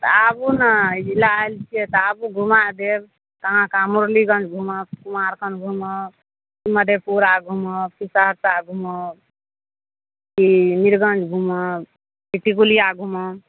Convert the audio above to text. आबू ने एहि जिला आएल छियै तऽ आबू घूमा देब कहाँ कहाँ मुरलीगञ्ज घूमब कुमारखंड घूमब की मधेपुरा घूमब की सहरसा घूमब कि बीरगञ्ज घूमब कि टिकूलिया घूमब